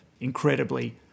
incredibly